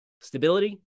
stability